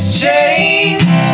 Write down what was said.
change